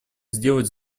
сделать